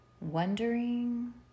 wondering